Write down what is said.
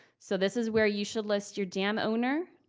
so this is where you should list your dam owner,